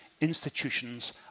institutions